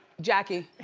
jackie.